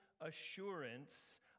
assurance